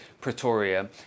Pretoria